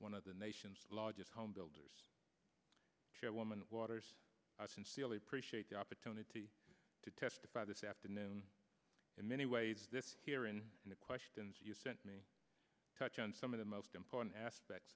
one of the nation's largest homebuilders chairwoman waters i sincerely appreciate the opportunity to testify this afternoon in many ways here in the questions you sent me touch on some of the most important aspects